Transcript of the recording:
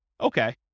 Okay